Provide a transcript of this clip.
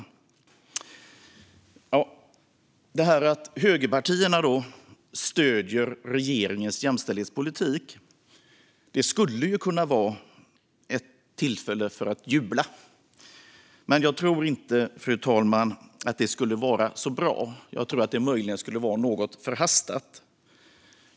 Ja, detta att högerpartierna stöder regeringens jämställdhetspolitik skulle ju kunna vara ett tillfälle att jubla, men jag tror inte att det skulle vara så bra. Jag tror att det möjligen skulle vara något förhastat.